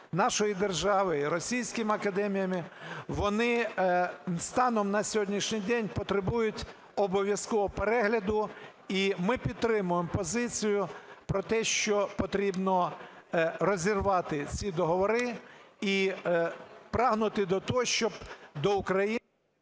нашої держави і російськими академіями, вони станом на сьогоднішній день потребують обов'язково перегляду. І ми підтримуємо позицію про те, що потрібно розірвати ці договори і прагнути до того, щоб до України...